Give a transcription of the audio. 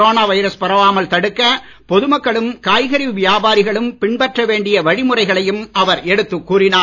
corona virus பரவாமல் தடுக்க பொதுமக்களும் காய்கறி வியாபாரிகளும் பின்பற்ற வேண்டிய வழிமுறைகளையும் அவர் எடுத்துக் கூறினார்